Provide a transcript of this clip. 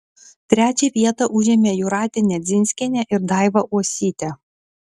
trečią vietą užėmė jūratė nedzinskienė ir daiva uosytė